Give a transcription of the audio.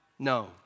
No